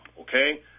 okay